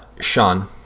Sean